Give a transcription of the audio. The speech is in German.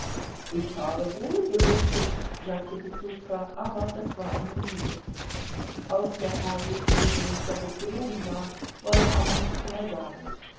ich habe wohl gelüftet sagte petruschka aber das war eine lüge auch der herr wußte übrigens daß es gelogen war wollte aber nichts mehr sagen